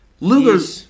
Luger